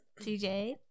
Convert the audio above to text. TJ